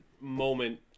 moment